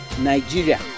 Nigeria